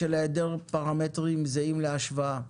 בשל היעדר פרמטרים זהים להשוואה.